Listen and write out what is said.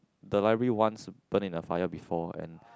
the library once burn in the fire before and